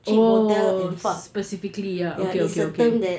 oh specifically ya okay okay okay